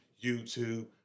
YouTube